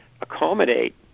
accommodate